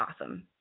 awesome